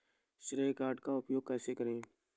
श्रेय कार्ड का उपयोग कैसे करें?